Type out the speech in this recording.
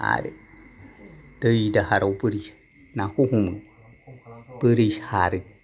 आरो दै दाहाराव बोरै सायो नाखौ हमो बोरै सारो